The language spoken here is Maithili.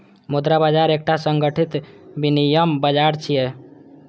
मुद्रा बाजार एकटा संगठित विनियम बाजार छियै